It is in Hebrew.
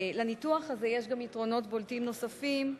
לניתוח הזה יש גם יתרונות בולטים נוספים,